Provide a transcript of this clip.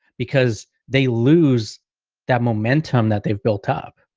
because they lose that momentum that they've built up.